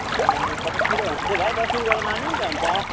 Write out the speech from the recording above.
ए पचास किलो हो भने चाहिँ भाइ दस रुपियाँ गरेर लानु नि त अन्त